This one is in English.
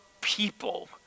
people